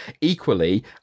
Equally